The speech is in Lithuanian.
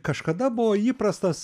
kažkada buvo įprastas